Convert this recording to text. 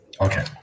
Okay